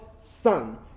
son